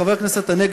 חבר הכנסת הנגבי,